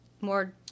more